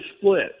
split